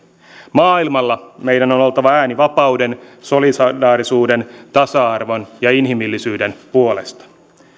maailmalla meidän on oltava ääni vapauden solidaarisuuden tasa arvon ja inhimillisyyden puolesta